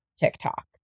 TikTok